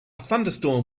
thunderstorm